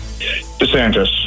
DeSantis